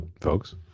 folks